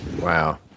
wow